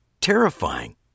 terrifying